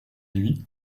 nuits